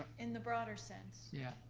in the broader sense. yeah.